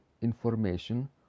information